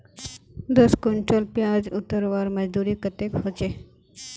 दस कुंटल प्याज उतरवार मजदूरी कतेक होचए?